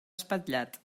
espatllat